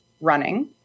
running